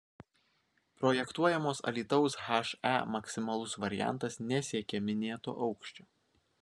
projektuojamos alytaus he maksimalus variantas nesiekia minėto aukščio